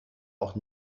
auch